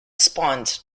spawned